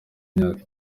imyaka